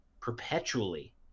perpetually